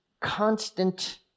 constant